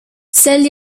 sell